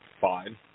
fine